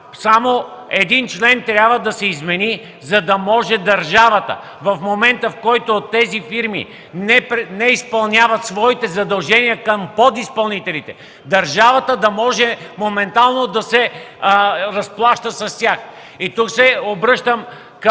само един член трябва да се измени, за да може в момента, в който тези фирми не изпълняват своите задължения към подизпълнителите, държавата да може моментално да се разплаща с тях.